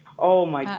oh my,